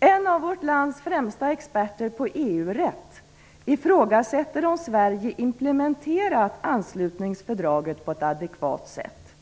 Ett av vårt lands främsta experter på EU-rätt ifrågasätter om Sverige implementerat anslutningsfördraget på ett adekvat sätt.